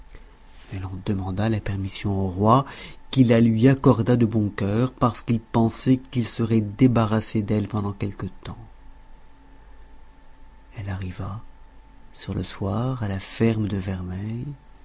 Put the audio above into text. elle en demanda la permission au roi qui la lui accorda de bon cœur parce qu'il pensait qu'il serait débarrassé d'elle pendant quelque temps elle arriva sur le soir à la ferme de vermeille